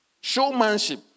Showmanship